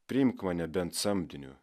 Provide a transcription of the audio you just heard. priimk mane bent samdiniu